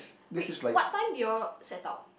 wait what time did you all set out